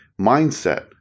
mindset